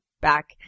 back